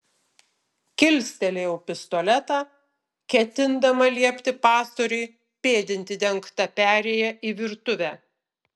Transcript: kilstelėjau pistoletą ketindama liepti pastoriui pėdinti dengta perėja į virtuvę